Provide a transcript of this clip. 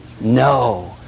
No